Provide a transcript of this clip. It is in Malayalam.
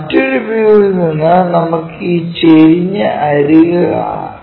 മറ്റൊരു വ്യൂവിൽ നിന്ന് നമുക്ക് ഈ ചരിഞ്ഞ അരിക് കാണാം